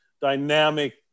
dynamic